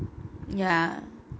ya